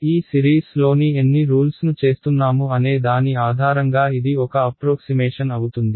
ఈ సిరీస్లోని ఎన్ని రూల్స్ను చేస్తున్నాము అనే దాని ఆధారంగా ఇది ఒక అప్ప్రోక్సిమేషన్ అవుతుంది